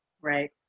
right